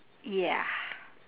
ya